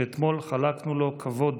שאתמול חלקנו לו כבוד